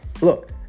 Look